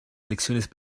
elecciones